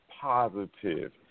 positive